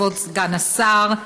כבוד סגן השר,